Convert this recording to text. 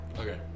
Okay